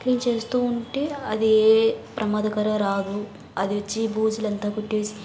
clean చేస్తూ ఉంటే అదేఏ ప్రమాదకర రాదు అదొచ్చి బూజులంతా కొట్టేసి